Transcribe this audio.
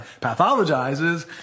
pathologizes